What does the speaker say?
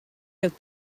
out